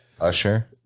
Usher